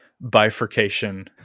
bifurcation